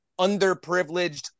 underprivileged